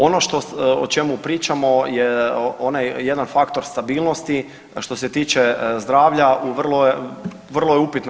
Ono o čemu pričamo je onaj jedan faktor stabilnosti što se tiče zdravlja vrlo je upitno.